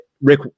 Rick